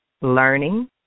learning